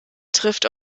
trifft